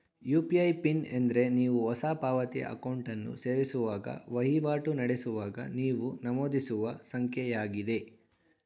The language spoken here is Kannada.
ಯು.ಪಿ.ಐ ಪಿನ್ ಎಂದ್ರೆ ನೀವು ಹೊಸ ಪಾವತಿ ಅಕೌಂಟನ್ನು ಸೇರಿಸುವಾಗ ವಹಿವಾಟು ನಡೆಸುವಾಗ ನೀವು ನಮೂದಿಸುವ ಸಂಖ್ಯೆಯಾಗಿದೆ